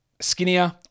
Skinnier